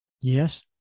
Yes